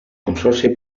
consorci